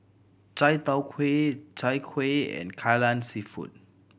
Chai Tow Kuay Chai Kuih and Kai Lan Seafood